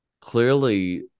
clearly